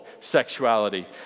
sexuality